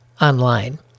online